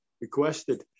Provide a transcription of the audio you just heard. requested